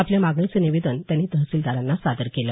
आपल्या मागणीचं निवेदन त्यांनी तहसीलदारांना सादर केलं